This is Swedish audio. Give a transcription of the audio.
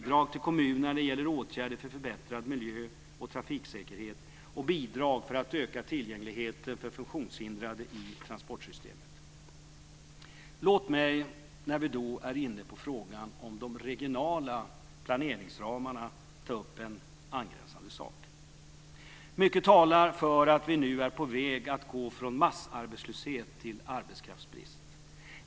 Det finns bidrag till kommunerna för förbättrad miljö och trafiksäkerhet och bidrag för att öka tillgängligheten för funktionshindrade i transportsystemet. Låt mig när vi är inne på frågan om de regionala planeringsramarna ta upp en angränsande sak. Mycket talar för att vi nu är på väg att gå från massarbetslöshet till arbetskraftsbrist.